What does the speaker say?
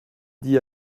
dit